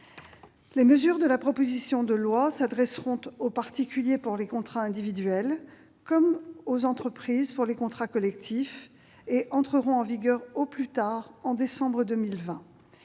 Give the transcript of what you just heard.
Les mesures de la proposition de loi bénéficieront aux particuliers, pour les contrats individuels, comme aux entreprises, pour les contrats collectifs. Elles entreront en vigueur au plus tard en décembre 2020